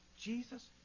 Jesus